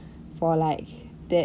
for like that